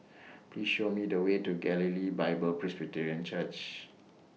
Please Show Me The Way to Galilee Bible Presbyterian Church